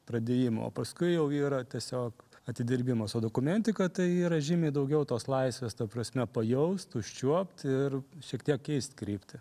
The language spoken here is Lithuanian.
pradėjimo o paskui jau yra tiesiog atidirbimas o dokumentika tai yra žymiai daugiau tos laisvės ta prasme pajaust užčiuopt ir šiek tiek keist kryptį